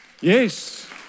Yes